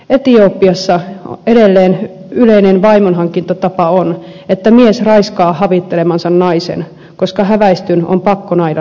etiopiassa edelleen yleinen vaimonhankintatapa on että mies raiskaa havittelemansa naisen koska häväistyn on pakko naida raiskaajansa